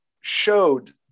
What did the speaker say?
showed